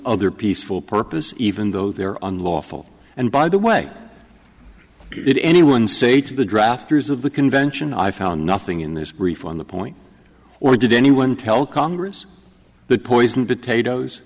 other peaceful purpose even though they're on lawful and by the way it anyone say to the drafters of the convention i found nothing in this brief on the point or did anyone tell congress the poison potatoes